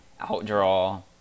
outdraw